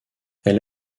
elle